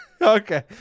Okay